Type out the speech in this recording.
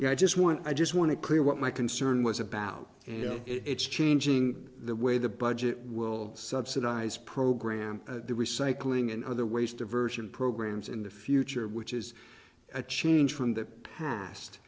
ok i just want i just want to clear what my concern was about and it's changing the way the budget will subsidize program recycling and other ways diversion programs in the future which is a change from the past